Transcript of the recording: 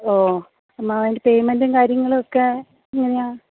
ഓ മേം എൻ്റെ പെയ്മെൻറ്റും കാര്യങ്ങളും ഒക്കെ എങ്ങനെയാ